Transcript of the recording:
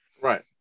right